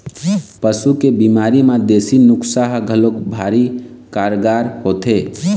पशु के बिमारी म देसी नुक्सा ह घलोक भारी कारगार होथे